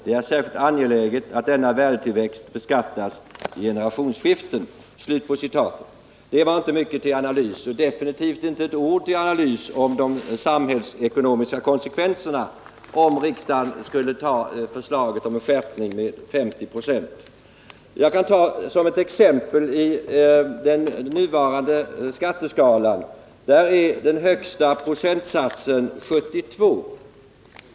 Det är särskilt angeläget att denna värdetillväxt beskattas vid ”generationsskiften".” Det var inte mycket till analys och definitivt inte ett ord till analys av de samhällsekonomiska konsekvenserna, om riksdagen skulle bifalla förslaget om en skärpning med 50 96. Jag kan ta ett exempel från den nuvarande skatteskalan. Den högsta procentsatsen är 72.